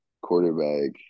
quarterback –